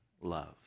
love